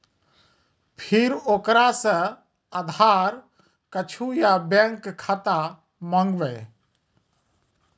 फिर ओकरा से आधार कद्दू या बैंक खाता माँगबै?